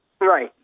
Right